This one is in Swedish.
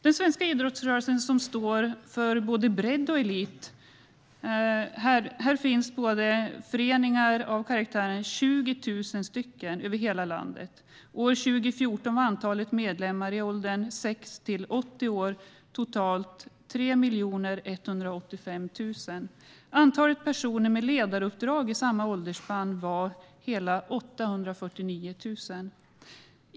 Den svenska idrottsrörelsen, som står för både bredd och elit, består av hela 20 000 föreningar över hela landet. År 2014 var antalet medlemmar i åldern 6-80 år totalt 3 185 000. Antalet personer med ledaruppdrag i samma åldersspann var hela 849 000.